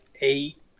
eight